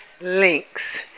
links